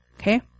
Okay